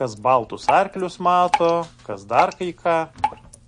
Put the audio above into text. kas baltus arklius mato kas dar kai ką